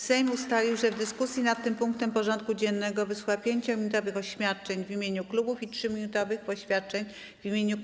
Sejm ustalił, że w dyskusji nad tym punktem porządku dziennego wysłucha 5-minutowych oświadczeń w imieniu klubów i 3-minutowych oświadczeń w imieniu kół.